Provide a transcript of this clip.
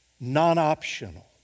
non-optional